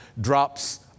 drops